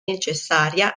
necessaria